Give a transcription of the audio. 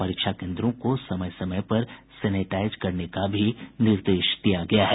परीक्षा केन्द्रों को समय समय पर सेनेटाईज करने के भी निर्देश दिये गये हैं